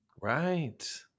Right